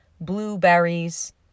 Blueberries